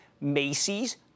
Macy's